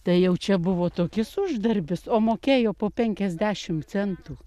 tai jau čia buvo tokis uždarbis o mokėjo po penkiasdešimt centų